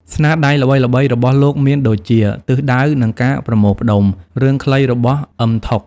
ស្នាដៃល្បីៗរបស់លោកមានដូចជា ទិសដៅ និងការប្រមូលផ្ដុំ រឿងខ្លីរបស់អ៊ឹម ថុក។